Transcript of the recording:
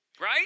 right